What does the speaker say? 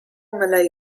malay